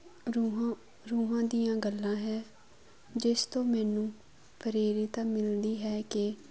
ਰੂਹਾਂ ਰੂਹਾਂ ਦੀਆਂ ਗੱਲਾਂ ਹੈ ਜਿਸ ਤੋਂ ਮੈਨੂੰ ਪ੍ਰੇਰਣਾ ਮਿਲਦੀ ਹੈ ਕਿ